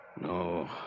No